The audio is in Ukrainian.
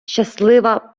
щаслива